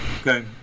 okay